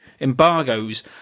Embargoes